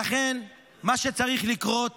לכן, מה שצריך לקרות